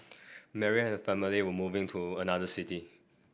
Mary and her family were moving to another city